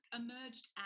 emerged